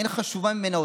אין חשובה ממנה.